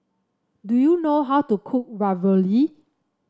do you know how to cook Ravioli